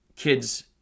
kids